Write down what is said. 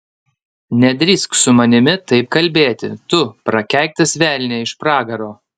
nedrįsk su manimi taip kalbėti tu prakeiktas velnie iš pragaro